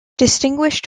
distinguished